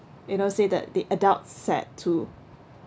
you know say the the adult's set too